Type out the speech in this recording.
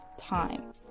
time